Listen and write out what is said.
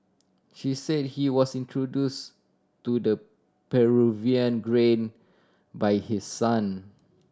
he said he was introduce to the Peruvian grain by his son